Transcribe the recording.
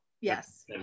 yes